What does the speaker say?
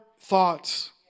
thoughts